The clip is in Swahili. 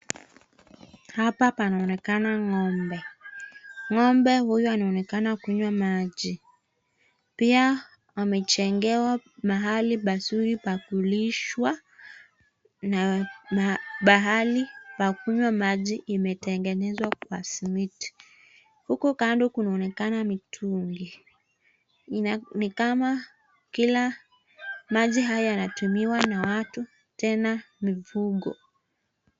Hapa panaonekana ng'ombe. Ng'ombe huyu anaonekana kunywa maji. Pia amejengewa mahali pazuri pa kulishwa na pahali kunywa maji imetengenezwa kwa simiti. Huku kando kunaonekana mitungi. Ni kama kila maji haya yanatumiwa na watu tena mifugo.